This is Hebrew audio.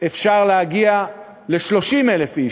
אפשר להגיע ל-30,000 איש.